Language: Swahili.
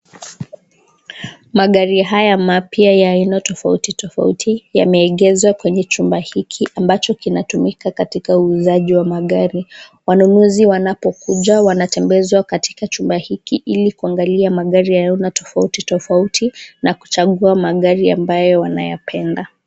Magari haya mapya ya aina tofauti tofauti, yameegezwa kwenye chumba hiki ambacho kinatumika katika uuzaji wa magari. Wanunuzi wanapokuja wanatembezwa katika chumba hiki ili kuangalia magari ya aina tofauti tofauti na kuchagua magari ambayo wanayapenda.